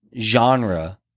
genre